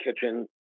kitchen